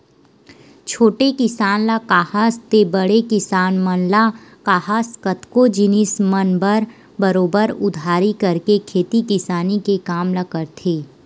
छोटे किसान ल काहस ते बड़का किसान मन ल काहस कतको जिनिस मन म बरोबर उधारी करके खेती किसानी के काम ल करथे